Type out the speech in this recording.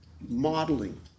modeling